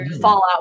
fallout